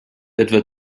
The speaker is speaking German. etwa